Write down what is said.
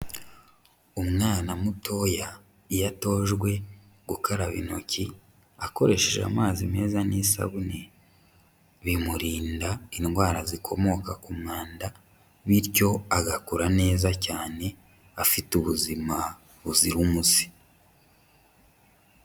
Umwana mutoya, iyo atojwe gukaraba intoki akoresheje amazi meza n'isabune, bimurinda indwara zikomoka ku mwanda bityo agakura neza cyane afite ubuzima buzira umuze.